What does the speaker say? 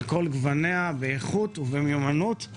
על כל גווניה, באיכות ובמיומנות.